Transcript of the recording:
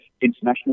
international